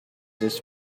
this